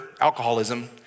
alcoholism